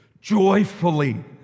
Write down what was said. joyfully